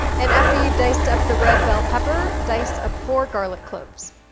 and after you've diced up the red bell pepper, dice up four garlic cloves.